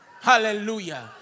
Hallelujah